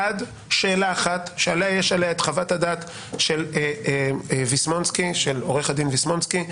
שאלה אחת שיש עליה את חוות הדעת של עו"ד ויסמונסקי,